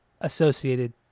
associated